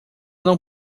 não